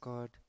God